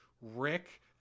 Rick